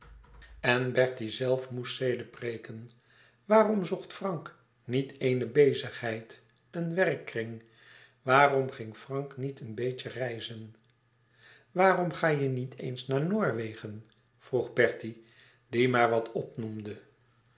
en bertie zelf moest zedepreeken waarom zocht frank niet eene bezigheid een werkkring waarom ging frank niet een beetje reizen waarom ga je niet eens naar noorwegen vroeg bertie die maar wat opnoemde